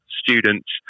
students